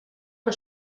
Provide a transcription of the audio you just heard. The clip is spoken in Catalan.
que